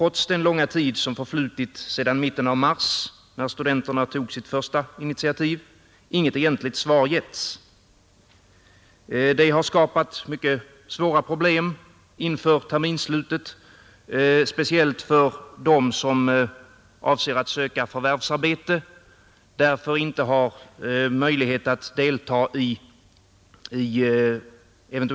Detta är den enda rimliga lösningen, då komprimering av undervisningen under terminen eller utsträckande av undervisningsperioden efter ordinarie terminsslut leder till orimliga konsekvenser, speciellt för dem som är beroende av förvärvsarbete, som skall fullgöra militärtjänstgöring eller som skall söka tjänst eller övergå till annan undervisningsanstalt. På upprepade framställningar till utbildningsnämnd, UKÄ och ansvariga statsrådet har — trots den långa tid som förflutit sedan mitten av mars — inget egentligt svar getts. Statsrådet har vid uppvaktning från studenterna hänvisat till avtalsförhandlingarna, dvs. till att om avtal sluts skall de förlorade studierna kunna tas igen.